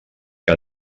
que